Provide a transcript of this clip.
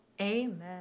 Amen